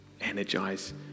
Energize